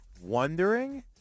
Wondering